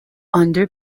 under